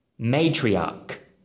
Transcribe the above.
Matriarch